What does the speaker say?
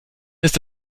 ist